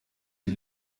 die